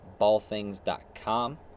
ballthings.com